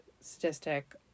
statistic